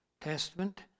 Testament